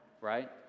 right